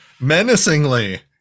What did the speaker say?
menacingly